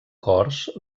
cors